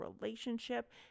relationship